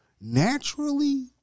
naturally